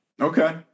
Okay